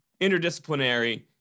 interdisciplinary